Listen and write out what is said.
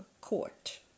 court